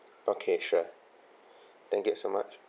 okay sure thank you so much